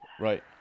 Right